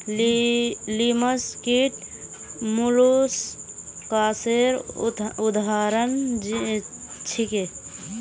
लिमस कीट मौलुसकासेर उदाहरण छीके